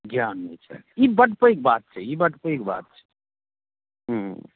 ध्यान दैत छै ई बड्ड पैघ बात छै ई बड्ड पैघ बात छै ह्म्म